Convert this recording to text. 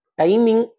timing